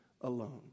alone